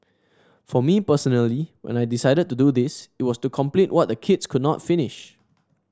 for me personally when I decided to do this it was to complete what the kids could not finish